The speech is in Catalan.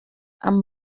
amb